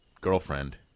girlfriend